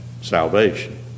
salvation